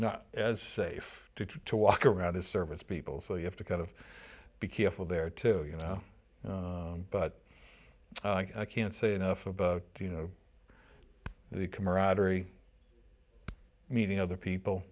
not as safe to walk around as service people so you have to kind of be careful there to you know but i can't say enough about you know the comparatively meeting other people